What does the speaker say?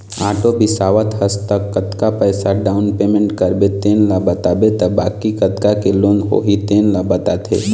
auto बिसावत हस त कतका पइसा डाउन पेमेंट करबे तेन ल बताबे त बाकी कतका के लोन होही तेन ल बताथे